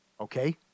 Okay